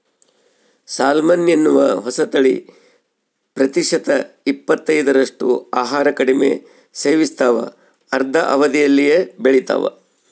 salmon ಎನ್ನುವ ಹೊಸತಳಿ ಪ್ರತಿಶತ ಇಪ್ಪತ್ತೈದರಷ್ಟು ಆಹಾರ ಕಡಿಮೆ ಸೇವಿಸ್ತಾವ ಅರ್ಧ ಅವಧಿಯಲ್ಲೇ ಬೆಳಿತಾವ